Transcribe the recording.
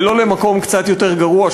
ולא למקום קצת יותר גרוע,